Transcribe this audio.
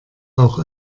auch